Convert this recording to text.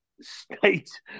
state